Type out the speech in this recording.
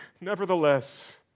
Nevertheless